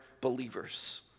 believers